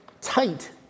tight